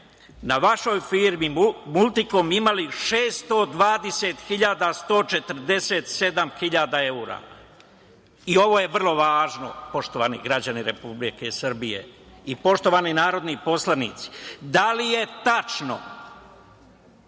na vašoj firmi „Multikom“ imali 620.147 evra i ovo je vrlo važno. Poštovani građani Republike Srbije i poštovani narodni poslanici, da li je tačno,